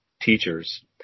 teachers